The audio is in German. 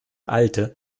alte